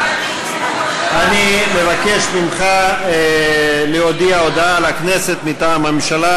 אני מבקש ממך להודיע הודעה לכנסת מטעם הממשלה,